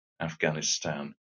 Afghanistan